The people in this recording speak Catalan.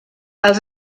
els